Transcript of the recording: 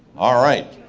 all right.